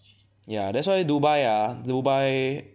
ya that's why Dubai ah Dubai